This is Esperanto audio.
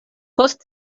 post